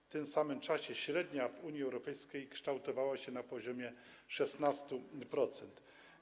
W tym samym czasie średnia w Unii Europejskiej kształtowała się na poziomie 16%.